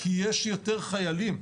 כי יש יותר חיילים.